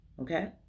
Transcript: okay